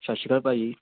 ਸਤਿ ਸ਼੍ਰੀ ਅਕਾਲ ਭਾਅ ਜੀ